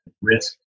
risk